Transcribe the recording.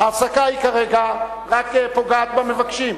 הפסקה כרגע רק פוגעת במבקשים.